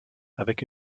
avec